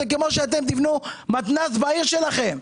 זה כמו שאתם תבנו מתנ"ס בעיר שלכם.